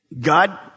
God